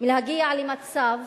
מלהגיע למצב